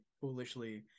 foolishly